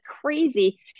crazy